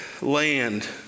land